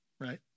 right